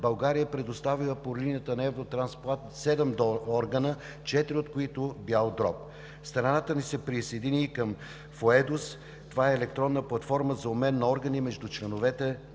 България е предоставила по линията на Евротрансплант седем органа, четири от които бял дроб. Страната ни се присъедини и към FOEDUS – електронна платформа за обмен на органи между членовете